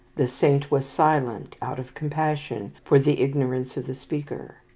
the saint was silent out of compassion for the ignorance of the speaker.